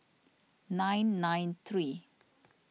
nine nine three